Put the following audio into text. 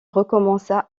recommença